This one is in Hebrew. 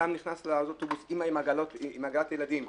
אדם נכנס לאוטובוס עם עגלת ילדים,